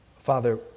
Father